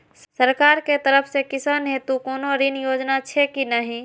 सरकार के तरफ से किसान हेतू कोना ऋण योजना छै कि नहिं?